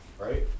right